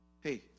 Hey